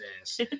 ass